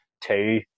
two